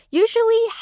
usually